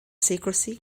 secrecy